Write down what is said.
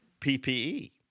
PPE